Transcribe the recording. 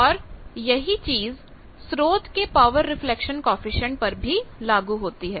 और यही चीज स्रोत के पावर रिफ्लेक्शन कॉएफिशिएंट पर भी लागू होती है